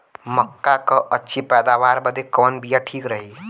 मक्का क अच्छी पैदावार बदे कवन बिया ठीक रही?